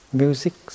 music